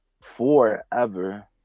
forever